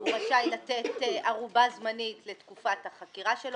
הוא רשאי לתת ערובה זמנית לתקופת החקירה שלו.